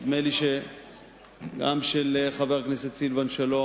של סילבן שלום.